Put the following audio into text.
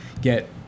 get